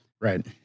Right